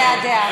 הבעת דעה.